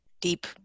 deep